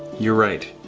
you're right.